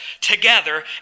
together